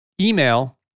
email